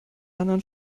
anderen